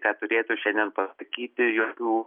ką turėtų šiandien pasakyti jokių